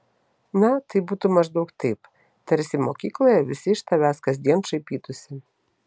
na tai būtų maždaug taip tarsi mokykloje visi iš tavęs kasdien šaipytųsi